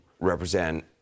represent